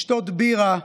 לשתות בירה,